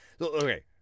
Okay